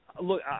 Look